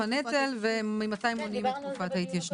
היפוך הנטל וממתי מונים את תקופת ההתיישנות.